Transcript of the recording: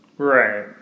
Right